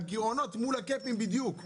הגירעונות מול הקאפים בדיוק,